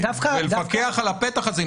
לפקח על הפתח הזה.